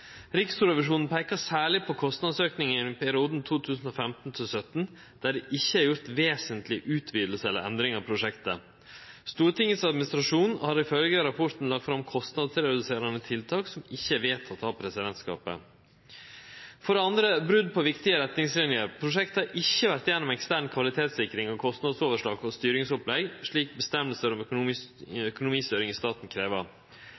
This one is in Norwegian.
Riksrevisjonen peikar særleg på kostnadsaukinga i perioden 2015–2017, der det ikkje er gjort vesentlege utvidingar eller endringar i prosjektet. Stortingets administrasjon har ifølgje rapporten lagt fram kostnadsreduserande tiltak som ikkje er vedtekne av presidentskapet. For det andre var det brot på viktige retningslinjer. Prosjektet har ikkje vore gjennom ekstern kvalitetssikring av kostnadsoverslag og styringsopplegg, slik avgjerder om